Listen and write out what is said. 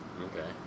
Okay